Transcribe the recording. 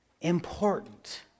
Important